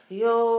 yo